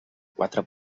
quatre